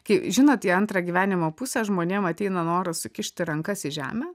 kai žinot į antrą gyvenimo pusę žmonėm ateina noras sukišti rankas į žemę